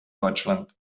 deutschland